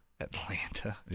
Atlanta